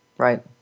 Right